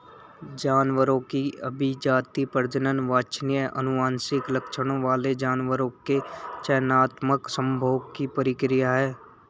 जानवरों की अभिजाती, प्रजनन वांछनीय आनुवंशिक लक्षणों वाले जानवरों के चयनात्मक संभोग की प्रक्रिया है